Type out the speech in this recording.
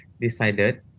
decided